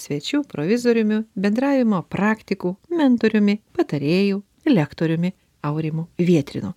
svečių provizoriumi bendravimo praktikų mentoriumi patarėju lektoriumi aurimu vietrinu